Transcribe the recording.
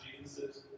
Jesus